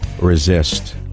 Resist